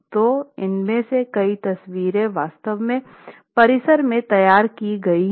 तो इनमें से कई तस्वीरें वास्तव में परिसर में तैयार की गई हैं